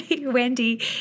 Wendy